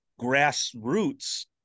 grassroots